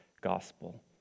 gospel